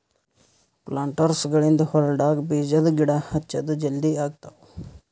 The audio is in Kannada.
ಪ್ಲಾಂಟರ್ಸ್ಗ ಗಳಿಂದ್ ಹೊಲ್ಡಾಗ್ ಬೀಜದ ಗಿಡ ಹಚ್ಚದ್ ಜಲದಿ ಆಗ್ತಾವ್